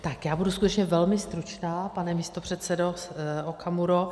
Tak já budu skutečně velmi stručná, pane předsedo Okamuro.